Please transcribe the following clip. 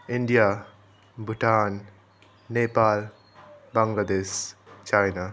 India Bhutan Nepal Bangladesh China